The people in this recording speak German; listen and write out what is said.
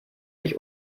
sich